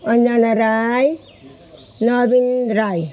Anjana Rai Naveen Rai